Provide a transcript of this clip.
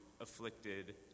afflicted